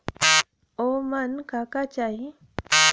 ओमन का का चाही?